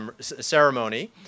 ceremony